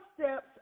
steps